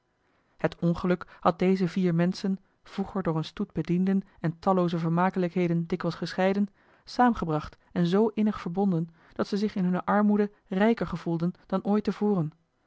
het ongeluk had deze vier menschen vroeger door een stoet bedienden en tallooze vermakelijkheden dikwijls gescheiden saamgebracht en zoo innig verbonden dat ze zich in hunne armoede rijker gevoelden dan ooit